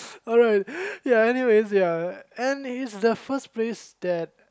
alright ya anyways ya and this the place that